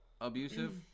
abusive